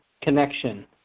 connection